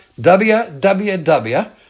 www